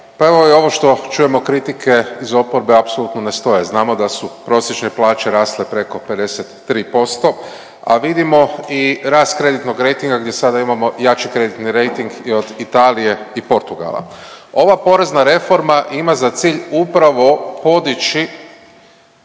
Pa evo ovo što čujemo kritike iz oporbe apsolutno ne stoje. Znamo da su prosječne plaće rasle preko 53%, a vidimo i rast kreditnog rejtinga gdje sada imamo i jači kreditni rejting i od Italije i Portugala. Ova porezna reforma ima za cilj upravo podići